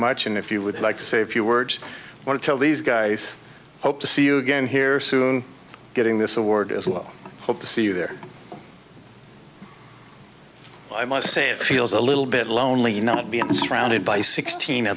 much and if you would like to say a few words what to tell these guys i hope to see you again here soon getting this award as well hope to see you there i must say it feels a little bit lonely not being surrounded by sixteen